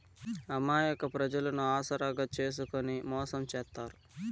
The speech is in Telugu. అమాయక ప్రజలను ఆసరాగా చేసుకుని మోసం చేత్తారు